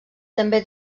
també